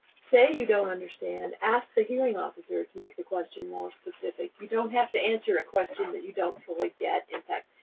say you don't understand. ask the hearing officer to make the question more specific. you don't have to answer a question that you don't fully get. in fact,